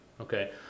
Okay